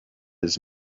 his